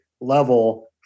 level